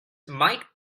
might